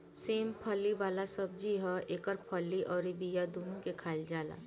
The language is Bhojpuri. सेम फली वाला सब्जी ह एकर फली अउरी बिया दूनो के खाईल जाला